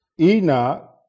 Enoch